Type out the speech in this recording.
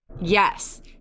Yes